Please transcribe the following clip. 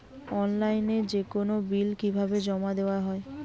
অনলাইনে যেকোনো বিল কিভাবে জমা দেওয়া হয়?